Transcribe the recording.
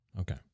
Okay